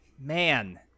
man